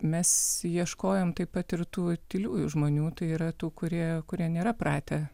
mes ieškojom taip par ir tų tyliųjų žmonių tai yra tų kurie kuria nėra pratę